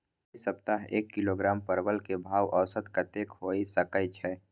ऐ सप्ताह एक किलोग्राम परवल के भाव औसत कतेक होय सके छै?